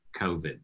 COVID